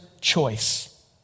choice